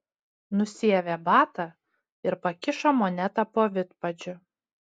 nusiavė batą ir pakišo monetą po vidpadžiu